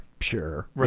Sure